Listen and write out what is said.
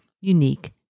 unique